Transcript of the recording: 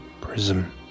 Prism